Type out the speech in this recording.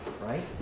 right